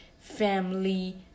family